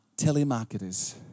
telemarketers